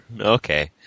okay